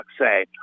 say